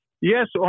Yes